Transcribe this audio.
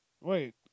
Wait